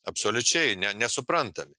absoliučiai ne nesuprantami